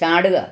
ചാടുക